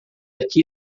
aqui